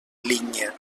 linya